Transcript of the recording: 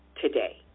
today